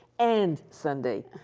and sunday.